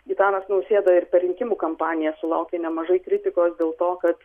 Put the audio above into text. gitanas nausėda ir per rinkimų kampaniją sulaukė nemažai kritikos dėl to kad